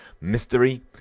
Mystery